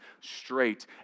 straight